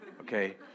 Okay